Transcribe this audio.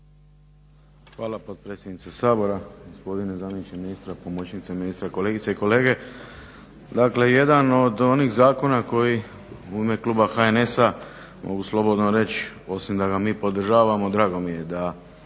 Hvala potpredsjednice Sabora, gospodine zamjeniče ministra, pomoćnice ministra, kolegice i kolege. Dakle, jedan od onih zakona koji u ime kluba HNS-a mogu slobodno reći osim da ga mi podržavamo drago mi je da